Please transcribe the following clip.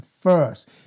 first